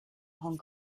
hong